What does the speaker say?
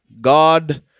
God